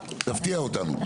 תפתיע אותנו.